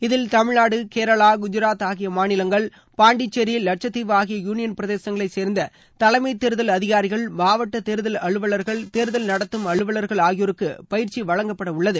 இதில் தமிழ்நாடு கேரளா குஜாத் ஆகிய மாநிலங்கள் பாண்டிச்சேரி வட்சத்தீவு ஆகிய யூனியன் பிரதேசங்களை சேர்ந்த தலைமைத் தேர்தல் அதிகாரிகள் மாவட்ட தேர்தல் அலுவலர்கள் தேர்தல் நடத்தும் அலுவலர்கள் ஆகியோருக்கு பயிற்சி வழங்கப்பட உள்ளது